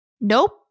Nope